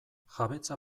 jabetza